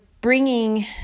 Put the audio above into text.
bringing